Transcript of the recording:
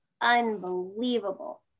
unbelievable